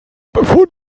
befund